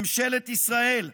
ממשלת ישראל,